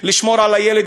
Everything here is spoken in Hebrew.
לשמור על הילד,